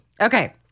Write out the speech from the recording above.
Okay